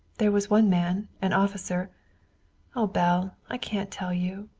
there was one man, an officer oh, belle, i can't tell you.